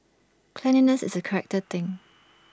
cleanliness is A character thing